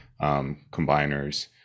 combiners